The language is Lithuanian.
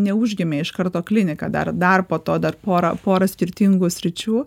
neužgimė iš karto klinika dar dar po to dar porą porą skirtingų sričių